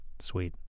Sweet